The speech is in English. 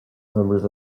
members